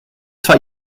zwar